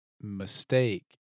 mistake